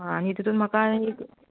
आनी तितून म्हाका आनी